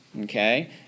okay